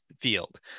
field